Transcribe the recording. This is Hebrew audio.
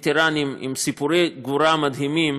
וטרנים עם סיפורי גבורה מדהימים,